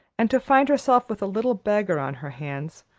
and to find herself with a little beggar on her hands,